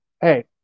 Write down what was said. hey